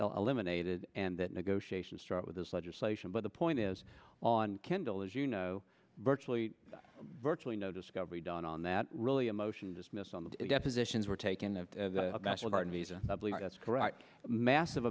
eliminated and that negotiations start with this legislation but the point is on kindle as you know virtually virtually no discovery done on that really a motion to dismiss on the depositions were taken the national guard visa that's correct massive